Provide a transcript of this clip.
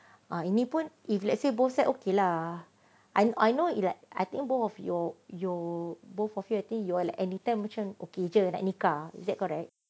ah ini pun if let's say both side okay lah I know it like I think both of you you both of you I think you will like kita macam like okay jer like nikah is that correct